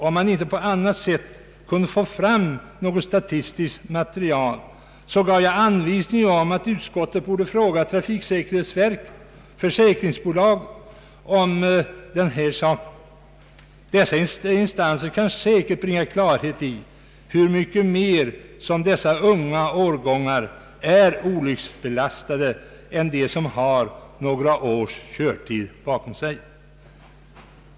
Om man inte på annat sätt kunde få fram något statistiskt material så gav jag anvisning om att utskottet borde fråga trafiksäkerhetsverket och försäkringsbolagen om detta. Dessa instanser kan säkert bringa klarhet i hur mycket mer de unga årgångarna av förare är olycksbelastade än de som har några års körvana bakom sig.